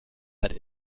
hat